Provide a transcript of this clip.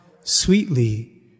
sweetly